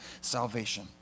salvation